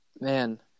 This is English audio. Man